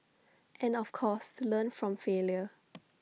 and of course to learn from failure